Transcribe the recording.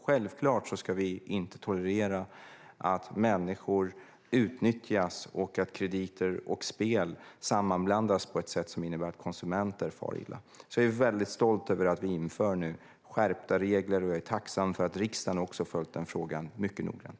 Självklart ska vi inte tolerera att människor utnyttjas och att krediter och spel sammanblandas på ett sätt som innebär att konsumenter far illa. Jag är väldigt stolt över att vi nu inför skärpta regler, och jag är tacksam för att riksdagen har följt denna fråga mycket noggrant.